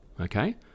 Okay